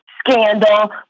scandal